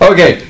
Okay